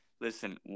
listen